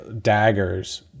daggers